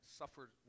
suffered